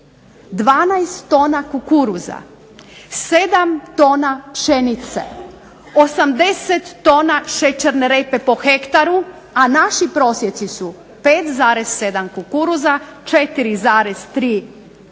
12 tona kukuruza, 7 tona pšenice, 80 tona šećerne repe po hektaru, a naši prosjeci su 5,7 kukuruza, 4,3 tone